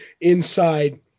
inside